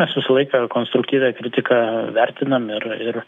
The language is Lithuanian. mes visą laiką konstruktyvią kritiką vertinam ir ir